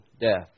death